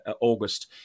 August